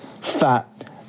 fat